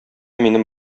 минем